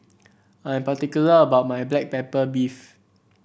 I am particular about my Black Pepper Beef